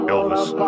Elvis